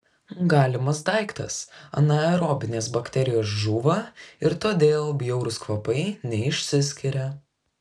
galimas daiktas anaerobinės bakterijos žūva ir todėl bjaurūs kvapai neišsiskiria